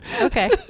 Okay